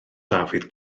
dafydd